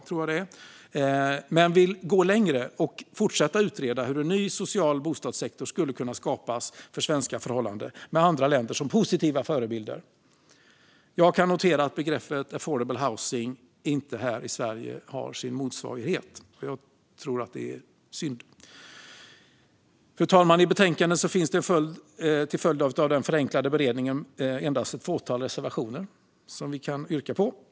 Vi vill dock gå längre och fortsätta att utreda hur en ny social bostadssektor skulle kunna skapas för svenska förhållanden med andra länder som positiva förebilder. Jag kan notera att begreppet "affordable housing" inte har någon motsvarighet här i Sverige, vilket är synd. Till följd av den förenklade beredningen finns det endast ett fåtal reservationer i betänkandet.